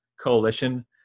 coalition